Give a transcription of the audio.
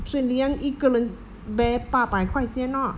所以 leanne 一个人 bear 八百块先 lor